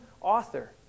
author